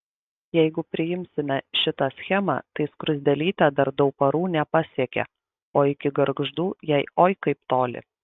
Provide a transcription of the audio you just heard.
jeigu priimsime šitą schemą tai skruzdėlytė dar dauparų nepasiekė o iki gargždų jai oi kaip toli